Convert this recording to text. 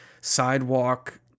sidewalk